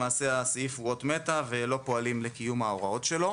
הסעיף הוא אות מתה ולא פועלים לקיום ההוראות שלו.